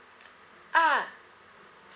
ah